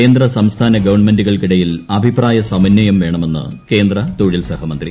കേന്ദ്ര സംസ്ഥാന ഗവൺമെന്റുകൾക്കിടയിൽ അഭിപ്രായ സമന്വയം വേണമെന്ന് കേന്ദ്ര തൊഴിൽ സഹമന്ത്രി